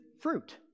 fruit